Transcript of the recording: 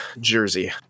Jersey